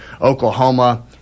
Oklahoma